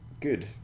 good